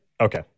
Okay